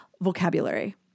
vocabulary